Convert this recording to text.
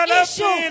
issue